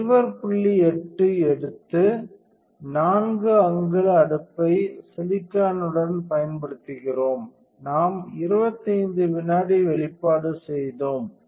8 எடுத்து 4 அங்குல அடுப்பை சிலிக்கானுடன் பயன்படுத்துகிறோம் நாம் 25 வினாடி வெளிப்பாடு செய்தோம்